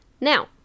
now